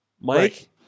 Mike